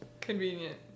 Convenient